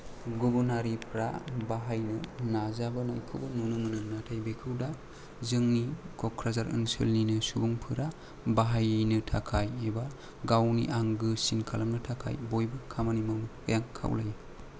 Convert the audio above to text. गुबुन हारिफ्रा बाहायनो नाजाबोनायखौबो नुनो मोनो नाथाय बेखौ दा जोंनि क'क्राझार ओनसोलनिनो सुबुंफोरा बाहायनो थाखाय एबा गावनि आंगोसिन खालामनो थाखाय बयबो खामानि मावनो आं खावलायो